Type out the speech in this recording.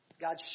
God